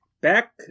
back